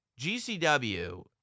GCW